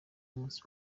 umunsi